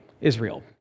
Israel